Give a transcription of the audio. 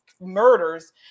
murders